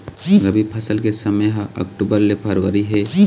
रबी फसल के समय ह अक्टूबर ले फरवरी हे